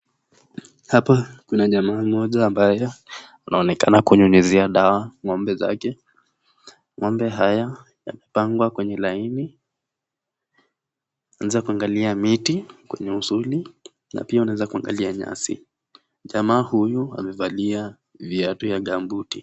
Hapa kuna jamaa mmoja ambaye anaonekana kunyunyizia dawa ng'ombe zake. Ng'ombe haya imepangwa kwenye laini. Nje kuangalia miti kwenye usuli na pia unaeza kuangalia nyasi. Jamaa huyu amevalia viatu ya gumboot .